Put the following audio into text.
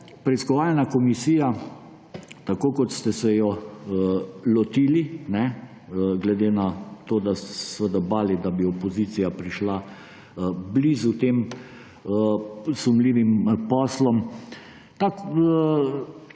preiskovalna komisija, tako kot ste se jo lotili, glede na to, da ste se seveda bali, da bi opozicija prišla blizu tem sumljivim poslom,